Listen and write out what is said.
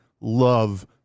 love